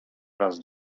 raz